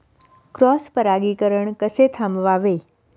Cross परागीकरण कसे थांबवावे?